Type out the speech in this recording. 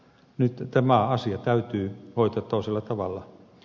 nyt tämä asia täytyy hoitaa toisella tavalla